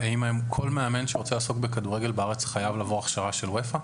כל מאמן שרוצה לעסוק בכדורגל בארץ חייב לעבור הכשרה של UEFA,